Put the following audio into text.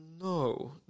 No